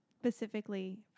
specifically